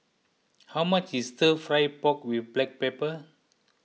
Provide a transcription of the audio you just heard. how much is Stir Fry Pork with Black Pepper